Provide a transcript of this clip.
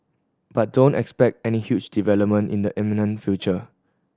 but don't expect any huge development in the imminent future